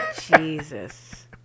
Jesus